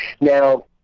Now